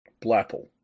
Blapple